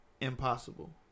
impossible